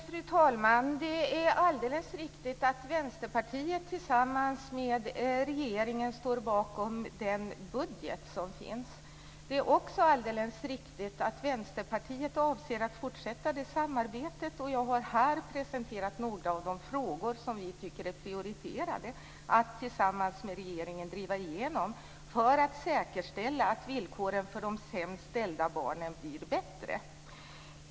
Fru talman! Det är alldeles riktigt att Vänsterpartiet, tillsammans med regeringen, står bakom den budget som finns. Det är också alldeles riktigt att Vänsterpartiet avser att fortsätta det här samarbetet. Och jag har här presenterat några av de frågor som vi prioriterar att tillsammans med regeringen driva igenom för att säkerställa att villkoren för de sämst ställda barnen blir bättre.